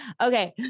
okay